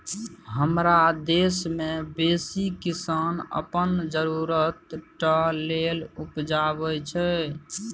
हमरा देश मे बेसी किसान अपन जरुरत टा लेल उपजाबै छै